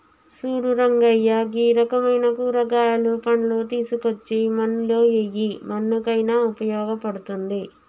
సూడు రంగయ్య గీ రకమైన కూరగాయలు, పండ్లు తీసుకోచ్చి మన్నులో ఎయ్యి మన్నుకయిన ఉపయోగ పడుతుంది